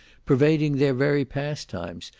pervading their very pastimes,